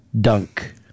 dunk